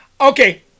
Okay